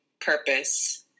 purpose